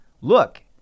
Look